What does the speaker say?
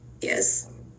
yes